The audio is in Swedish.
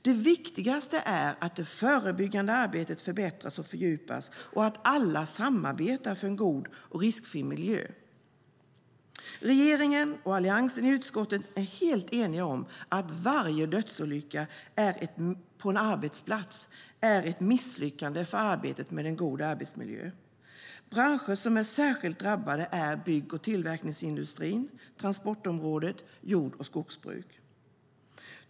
Det viktiga är att det förebyggande arbetet förbättras och fördjupas och att alla samarbetar för en god och riskfri arbetsmiljö. Regeringen och Alliansen i utskottet är helt eniga om att varje dödsolycka på en arbetsplats är ett misslyckande för arbetet med en god arbetsmiljö. Branscher som är särskilt drabbade är bygg och tillverkningsindustrin, transportområdet och jord och skogsbruk.